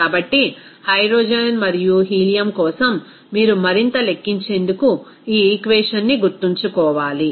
కాబట్టి హైడ్రోజన్ మరియు హీలియం కోసం మీరు మరింత లెక్కించేందుకు ఈ ఈక్వేషన్ ని గుర్తుంచుకోవాలి